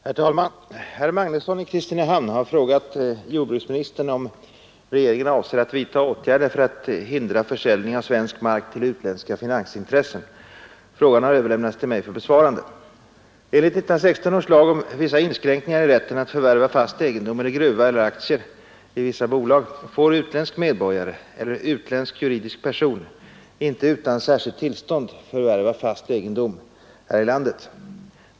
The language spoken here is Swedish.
Herr talman! Herr Magnusson i Kristinehamn har frågat jordbruksministern om regeringen avser att vidta åtgärder för att förhindra försäljning av svensk mark till utländska finansintressen. Frågan har överlämnats till mig för besvarande. Enligt 1916 års lag om vissa inskränkningar i rätten att förvärva fast egendom eller gruva eller aktier i vissa bolag får utländsk medborgare eller utländsk juridisk person inte utan särskilt tillstånd förvärva fast egendom här i landet.